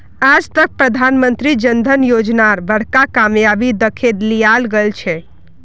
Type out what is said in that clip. आज तक प्रधानमंत्री जन धन योजनार बड़का कामयाबी दखे लियाल गेलछेक